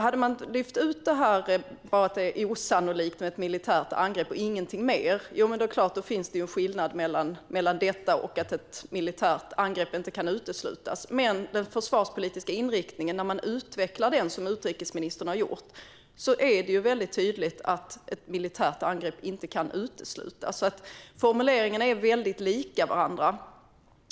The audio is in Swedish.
Hade man lyft ut att det är osannolikt med ett militärt angrepp och inte sagt någonting mer är det klart att det finns en skillnad mellan det och att ett militärt angrepp inte kan uteslutas. Men när man utvecklar den försvarspolitiska inriktningen som utrikesministern har gjort är det väldigt tydligt att ett militärt angrepp inte kan uteslutas. Formuleringarna är väldigt lika varandra.